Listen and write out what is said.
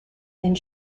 and